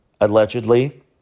Allegedly